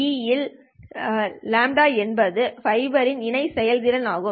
e αLa இல் α என்பது ஃஃபைபரின் இணை செயல்திறன் ஆகும்